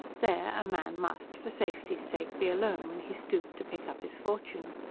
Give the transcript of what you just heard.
there, a man must, for safety's sake, be alone, when he stooped to pick up his fortune.